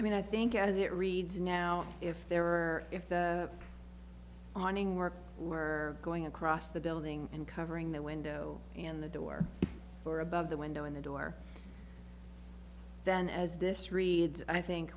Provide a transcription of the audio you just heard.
i mean i think as it reads now if there were if the awning work were going across the building and covering the window and the door for above the window and the door then as this reads i think